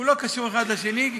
לא קשור האחד לשני כי,